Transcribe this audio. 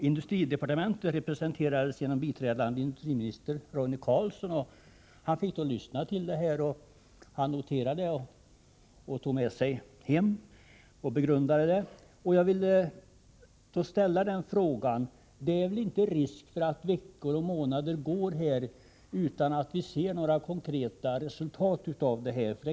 Industridepartementet representerades av biträdande industriminister Roine Carlsson, som lyssnade på och för vidare begrundan noterade de synpunkter som kom fram. Jag vill ställa frågan om det är risk för att veckor och månader går utan att vi kommer att få se några konkreta resultat.